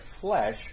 flesh